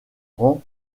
rang